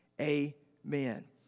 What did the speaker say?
amen